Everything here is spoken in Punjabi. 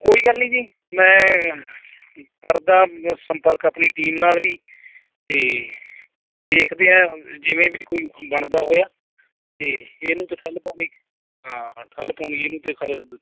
ਕੋਈ ਗੱਲ ਨਹੀਂ ਜੀ ਮੈਂ ਕਰਦਾ ਸੰਪਰਕ ਆਪਣੀ ਟੀਮ ਨਾਲ ਵੀ ਅਤੇ ਵੇਖਦੇ ਹਾਂ ਜਿਵੇਂ ਵੀ ਕੋਈ ਬਣਦਾ ਹੋਇਆ ਅਤੇ ਇਹ ਨੂੰ ਤਾਂ ਠੱਲ ਪਾਉਣੀ ਹਾਂ ਠੱਲ ਪਾਉਣੀ ਇਹਨੂੰ ਤਾਂ